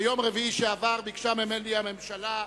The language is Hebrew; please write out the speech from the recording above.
ביום רביעי שעבר ביקשה ממני הממשלה,